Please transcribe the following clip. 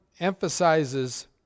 emphasizes